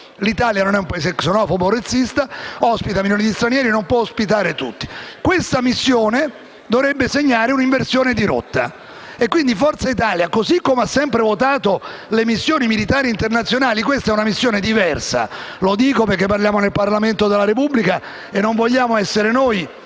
L'Italia non è un Paese xenofobo o razzista, ospita milioni di stranieri, ma non può ospitare tutti. Questa missione dovrebbe segnare un'inversione di rotta. Forza Italia ha sempre votato a favore delle missioni militari internazionali. Questa è una missione diversa. Dico questo perché parliamo nel Parlamento della Repubblica e non vogliamo essere noi